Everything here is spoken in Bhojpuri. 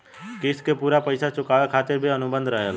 क़िस्त के पूरा पइसा चुकावे खातिर भी अनुबंध रहेला